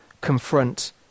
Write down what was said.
confront